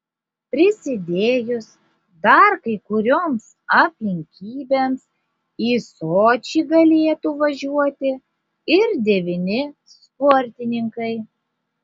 prisidėjus dar kai kurioms aplinkybėms į sočį galėtų važiuoti ir devyni sportininkai